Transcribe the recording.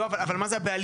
לא, אבל מה זה הבעלים?